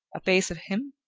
a face of him?